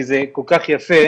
כי זה כל כך יפה,